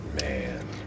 Man